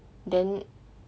then